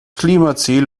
klimaziel